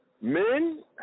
Men